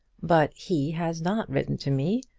but he has not written to me.